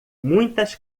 muitas